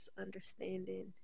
understanding